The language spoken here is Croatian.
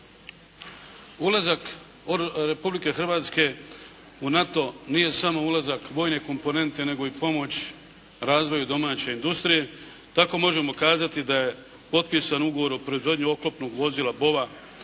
Ulazak Republike Hrvatske u NATO nije samo ulazak vojne komponente nego i pomoć razvoju domaće industrije. Tako možemo kazati da je potpisan ugovor o proizvodnji oklopnog vozila